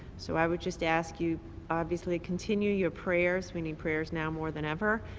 so i would just ask you obviously continue your prayers, we need prayers now more than ever,